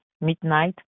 midnight